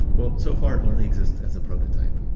well, so far it only exists as a prototype.